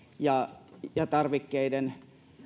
ja tarvikkeiden